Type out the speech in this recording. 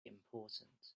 important